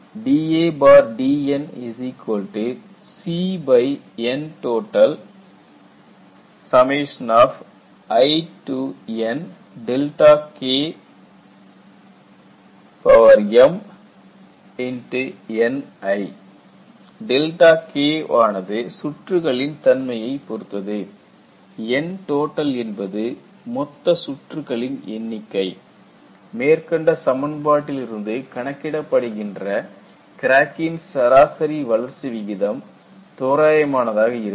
dadN CNtotinim Ni ΔK வானது சுற்றுகளின் தன்மையை பொருத்தது Ntot என்பது மொத்த சுற்றுகளின் எண்ணிக்கை மேற்கண்ட சமன்பாட்டில் இருந்து கணக்கிடப்படுகின்ற கிராக்கின் சராசரி வளர்ச்சி விகிதம் தோராயமானதாக இருக்கும்